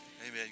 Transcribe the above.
Amen